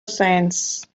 science